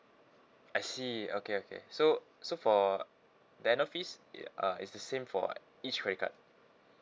I see okay okay so so for the annual fees uh is the same for each credit card